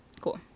Cool